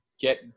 get